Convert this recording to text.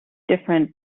different